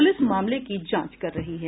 police मामले की जांच कर रही है